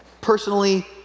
personally